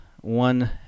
one